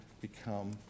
become